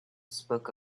spoke